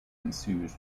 ensues